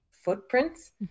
footprints